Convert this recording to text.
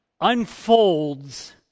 unfolds